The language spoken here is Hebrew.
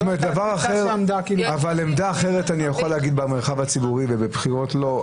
במרחב הציבורי ובבחירות לא?